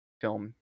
film